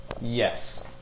Yes